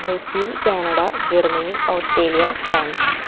Brazil Canada Germany Australia France